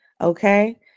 Okay